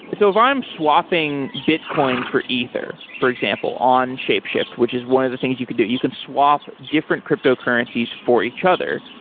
so if i'm swapping bitcoin for ether, for example, on shapeshift, which is one of the things you could do. you can swap different cryptocurrencies for each other.